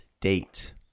date